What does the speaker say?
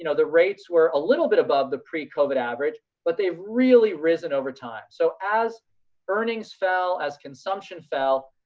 you know the rates were a little bit above the pre-covid average but they've really risen over time. so as earnings fell, as consumption fell,